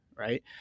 right